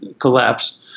collapse